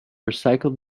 recycled